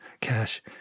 Cash